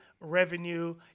revenue